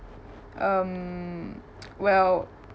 um well